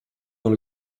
dans